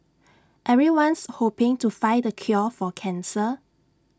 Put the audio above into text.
everyone's hoping to find the cure for cancer